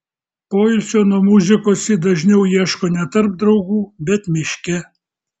poilsio nuo muzikos ji dažniau ieško ne tarp draugų bet miške